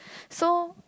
so